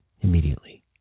immediately